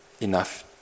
enough